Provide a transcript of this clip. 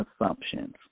assumptions